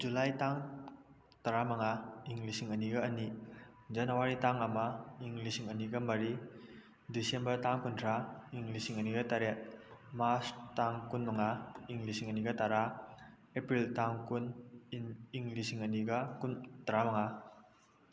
July ꯇꯥꯡ ꯇꯔꯥ ꯃꯉꯥ ꯏꯪ ꯂꯤꯁꯤꯡ ꯑꯅꯤꯒ ꯑꯅꯤ ꯖꯅꯋꯥꯔꯤ ꯇꯥꯡ ꯑꯃ ꯏꯪ ꯂꯤꯁꯤꯡ ꯑꯅꯤꯒ ꯃꯔꯤ ꯗꯤꯁꯦꯝꯕꯔ ꯇꯥꯡ ꯀꯨꯟꯊ꯭ꯔꯥ ꯏꯪ ꯂꯤꯁꯤꯡ ꯑꯅꯤꯒ ꯇꯔꯦꯠ ꯃꯥꯔꯁ ꯇꯥꯡ ꯀꯨꯟ ꯃꯉꯥ ꯏꯪ ꯂꯤꯁꯤꯡ ꯑꯅꯤꯒ ꯇꯔꯥ ꯑꯦꯄ꯭ꯔꯤꯜ ꯇꯥꯡ ꯀꯨꯟ ꯏꯪ ꯏꯪ ꯂꯤꯁꯤꯡ ꯑꯅꯤꯒ ꯇꯔꯥ ꯃꯉꯥ